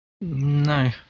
No